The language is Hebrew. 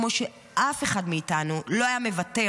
כמו שאף אחד מאיתנו לא היה מוותר